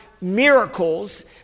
miracles